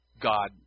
God